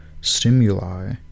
stimuli